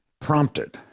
prompted